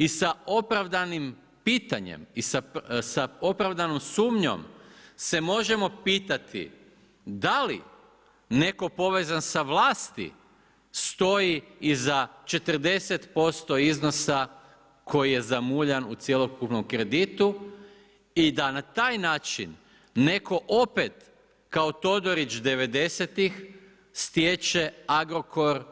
I sa opravdanim pitanjem i sa opravdanom sumnjom se možemo pitati da li netko povezan sa vlasti stoji iza 40% iznosa koji je zamuljan u cjelokupnom kreditu i da na taj način netko opet kao Todorić devedesetih stječe Agrokor